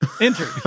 Entered